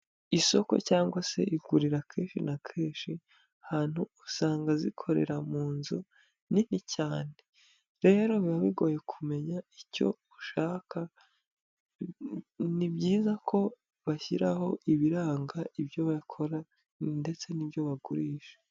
Isoko cyangwa se igurirao akenshi na kenshi han usanga zikorera mu nzu nini cyane, rero biba bigoye kumenya icyo ushaka ni byiza ko bashyiraho ibiranga ibyo bakora ndetse n'ibyo bagurisha.